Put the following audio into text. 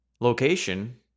location